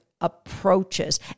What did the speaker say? approaches